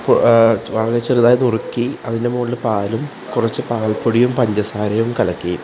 വളരെ ചെറുതായി നുറുക്കി അതിന്റെ മുകളില് പാലും കുറച്ച് പാല്പ്പൊടിയും പഞ്ചസാരയും കലക്കി